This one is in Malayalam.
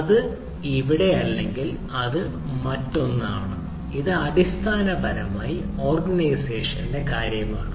അത് അവിടെ ഇല്ലെങ്കിൽ അത് മറ്റൊന്നാണ് അതിനർത്ഥം ഇത് അടിസ്ഥാനപരമായി ഓർഗനൈസേഷൻ കാര്യമാണ്